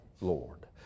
Lord